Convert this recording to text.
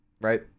Right